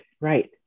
right